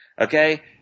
Okay